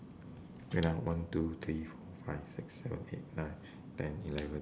wait ah one two three four five six seven eight nine ten eleven